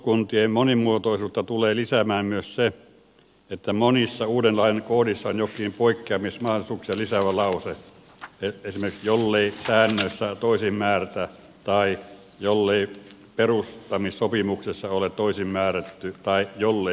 osuuskuntien monimuotoisuutta tulee lisäämään myös se että monissa uuden lain kohdissa on jokin poikkeamismahdollisuuksia lisäävä lause esimerkiksi jollei säännöissä toisin määrätä tai jollei perustamissopimuksessa ole toisin määrätty tai jollei toisin päätetä